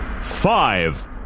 five